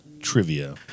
trivia